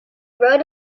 rode